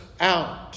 out